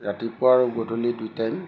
ৰাতিপুৱা আৰু গধূলি দুই টাইম